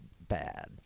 bad